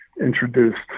introduced